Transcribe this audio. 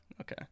Okay